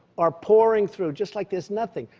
are pouring through, just like there's nothing,